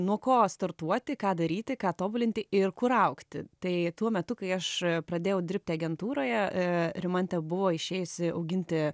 nuo ko startuoti ką daryti ką tobulinti ir kur augti tai tuo metu kai aš pradėjau dirbti agentūroje rimantė buvo išėjusi auginti